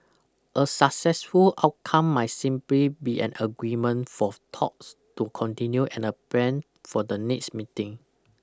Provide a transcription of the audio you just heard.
a successful outcome might simply be an agreement for talks to continue and a plan for the next meeting